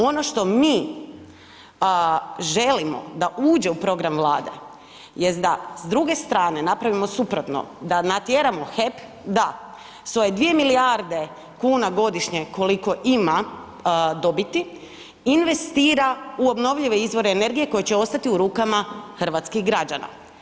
Ono što mi želimo da uđe u program Vlade jest da s druge strane napravimo suprotno, da natjeramo HEP da svoje dvije milijarde kuna godišnje koliko ima dobiti investira u obnovljive izvore energije koji će ostati u rukama hrvatskih građana.